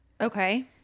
okay